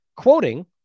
Quoting